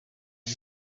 bwa